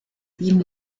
wien